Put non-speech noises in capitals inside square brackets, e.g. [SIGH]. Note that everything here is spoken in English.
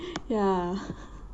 [BREATH] ya